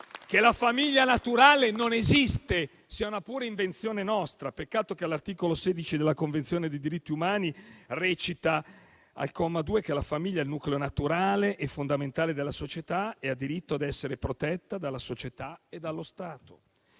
che la famiglia naturale non esiste, che è una pura invenzione nostra. Peccato che l'articolo 16 della Dichiarazione universale dei diritti umani recita, al comma 2, che la famiglia è il nucleo naturale e fondamentale della società e ha diritto ad essere protetta dalla società e dallo Stato.